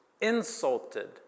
Insulted